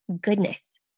goodness